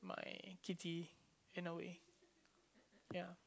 my kitty in a way yeah